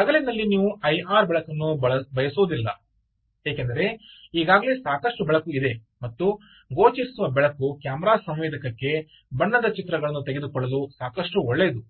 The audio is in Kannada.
ಹಗಲಿನಲ್ಲಿ ನೀವು ಐಆರ್ ಬೆಳಕನ್ನು ಬಯಸುವುದಿಲ್ಲ ಏಕೆಂದರೆ ಈಗಾಗಲೇ ಸಾಕಷ್ಟು ಬೆಳಕು ಇದೆ ಮತ್ತು ಗೋಚರಿಸುವ ಬೆಳಕು ಕ್ಯಾಮೆರಾ ಸಂವೇದಕಕ್ಕೆ ಬಣ್ಣದ ಚಿತ್ರಗಳನ್ನು ತೆಗೆದುಕೊಳ್ಳಲು ಸಾಕಷ್ಟು ಒಳ್ಳೆಯದು